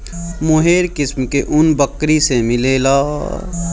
मोहेर किस्म के ऊन बकरी से मिलेला